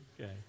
Okay